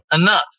enough